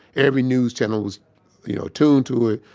every news channel was you know, tuned to it.